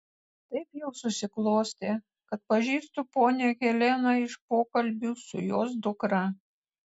taip jau susiklostė kad pažįstu ponią heleną iš pokalbių su jos dukra